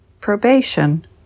Probation